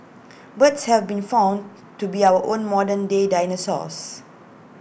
birds have been found to be our own modern day dinosaurs